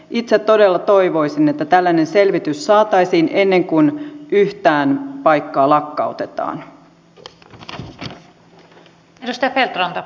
itse todella toivoisin että tällainen selvitys saataisiin ennen kuin yhtään paikkaa lakkautetaan